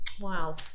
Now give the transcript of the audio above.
Wow